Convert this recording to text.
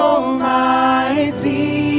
Almighty